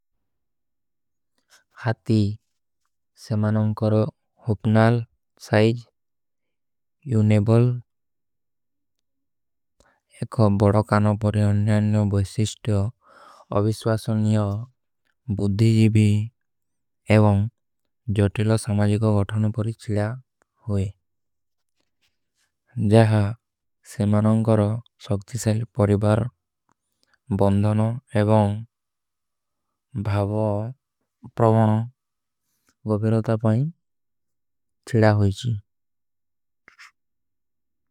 ହାତୀ ସେମାନୋଂ କରୋ ହୁପନାଲ ସାଇଜ ଯୂନେବଲ। ଏକ ବଡକାନୋଂ ପରିଯାନ୍ଯାନ୍ଯୋଂ ବହିଶିଷ୍ଟ୍ଯୋଂ ଅଭିଶ୍ଵାସନ୍ଯୋଂ ବୁଦ୍ଧୀ ଜୀଵୀ। ଏଵଂ ଜୋଟିଲୋଂ ସମାଜୀ କୋ ଘଟନେ ପରିଛଲା ହୋଈ ଜହାଂ ସେମାନୋଂ କରୋ। ଶକ୍ତିସାଈ ପରିବାର ବଂଧନୋଂ ଏଵଂ ଭାଵୋ ପ୍ରମାଂ ଗବିରତା ପାଇଂ ଛିଲା ହୋଈଚୀ।